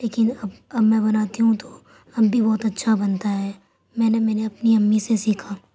لیکن اب اب میں بناتی ہوں تو اب بھی بہت اچھا بنتا ہے میں نے میں نے اپنی امی سے سیکھا